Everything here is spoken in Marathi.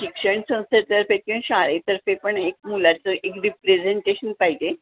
शिक्षणसंस्थेतर्फे किंवा शाळेतर्फे पण एक मुलाचं एक रिप्रेझेंटेशन पाहिजे